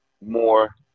more